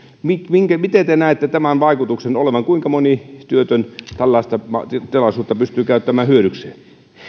minkä te näette tämän vaikutuksen olevan kuinka moni työtön tällaista tilaisuutta pystyy käyttämään hyödykseen